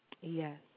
Yes